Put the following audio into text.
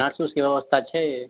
nurse ओर्सके व्यवस्था छै